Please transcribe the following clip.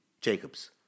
Jacobs